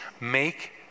make